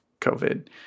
COVID